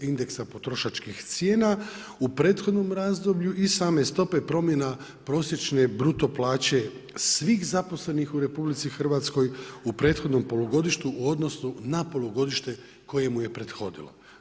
indeksa potrošačkih cijena u prethodnom razdoblju i same stope promjena prosječne bruto plaće svih zaposlenih u Republici Hrvatskoj u prethodnom polugodištu u odnosu na polugodište koje mu je prethodilo.